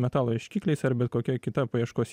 metalo ieškikliais ar bet kokia kita paieškos